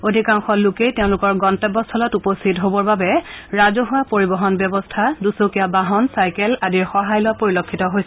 অধিকাংশ লোকেই তেওঁলোকৰ গন্তব্যস্থলত উপস্থিত হবৰ বাবে ৰাজহুৱা পৰিবহন ব্যৱস্থা দুচকীয়া বাহন চাইকেল আদিৰ সহায় লোৱা পৰিলক্ষিত হৈছে